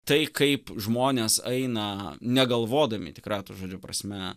tai kaip žmonės eina negalvodami tikrąja to žodžio prasme